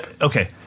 Okay